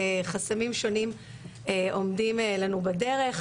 חסמים שונים עומדים לנו בדרך,